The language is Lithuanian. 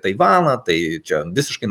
taivaną tai čia visiškai